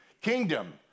Kingdom